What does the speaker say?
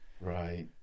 Right